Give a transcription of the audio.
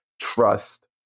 trust